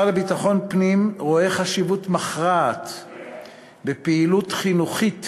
לביטחון פנים רואה חשיבות מכרעת בפעילות חינוכית